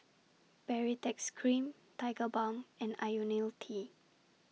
Baritex Cream Tigerbalm and Ionil T